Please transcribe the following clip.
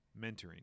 Mentoring